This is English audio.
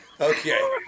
Okay